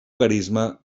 carisma